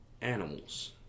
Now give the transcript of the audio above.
Animals